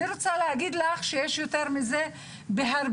אני רוצה להגיד לך שיש יותר מזה בהרבה,